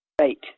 Right